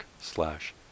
slash